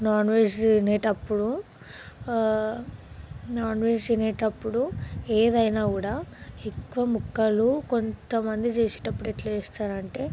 non-veg తినేటప్పుడు nonveg తినేటప్పుడు ఏదైనా కూడా ఎక్కువ ముక్కలు కొంత మంది చేసేటప్పుడు ఎట్లా చేస్తారు అంటే